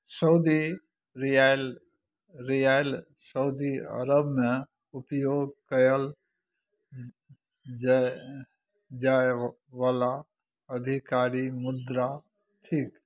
Saudi riyal riyal Saudi अरबमे उपयोग कयल जाय जायवला अधिकारी मुद्रा थिक